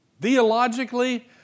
Theologically